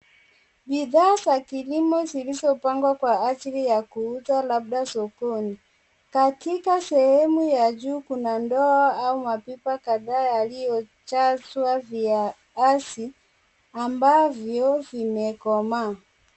Bidhaa za kilimo zilizo pangwa kwa ajili ya kuuzwa labda sokoni, katika sehemu ya juu kuna ndoo au mapipa kathaa yaliyo chaswa via azi, ambavyo vimekomaa.